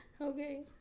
Okay